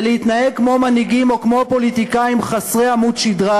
זה להתנהג כמו מנהיגים או כמו פוליטיקאים חסרי עמוד שדרה,